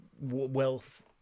wealth